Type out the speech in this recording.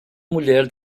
mulher